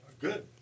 Good